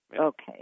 Okay